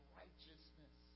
righteousness